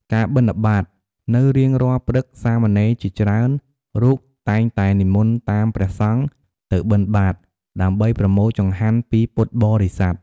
ការបិណ្ឌបាត នៅរៀងរាល់ព្រឹកសាមណេរជាច្រើនរូបតែងតែនិមន្តតាមព្រះសង្ឃទៅបិណ្ឌបាត ដើម្បីប្រមូលចង្ហាន់ពីពុទ្ធបរិស័ទ។